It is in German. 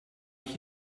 ich